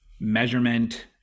measurement